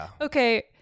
okay